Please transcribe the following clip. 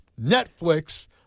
Netflix